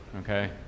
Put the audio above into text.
okay